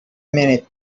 minute